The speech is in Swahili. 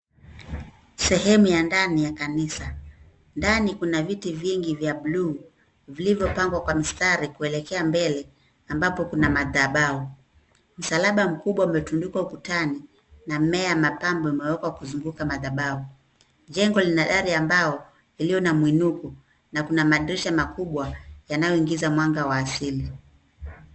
Sehemu ya ndani ya kanisa, ndani kuna viti vingi vya buluu vilivyopangwa kwa mstari kuelekea mbele ambapo kuna madhabau. Msalaba mkubwa umetundikwa ukutani na mmea mapambo umewekwa kuzunguka madhabau. Jengo lina area ambao iliyo na mwinuko na kuna madirisha makubwa yanayoingiza mwanga wa asili.